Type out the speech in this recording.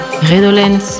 Redolence